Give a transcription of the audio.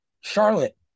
Charlotte